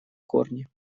корни